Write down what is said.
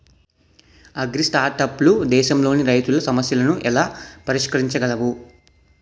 అగ్రిస్టార్టప్లు దేశంలోని రైతుల సమస్యలను ఎలా పరిష్కరించగలవు?